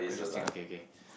quite interesting okay okay